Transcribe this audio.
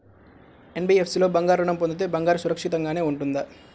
NBFC లో బంగారు ఋణం పొందితే బంగారం సురక్షితంగానే ఉంటుందా?